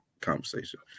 conversation